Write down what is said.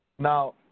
Now